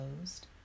closed